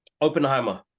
Oppenheimer